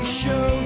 show